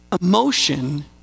Emotion